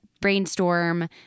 brainstorm